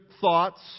thoughts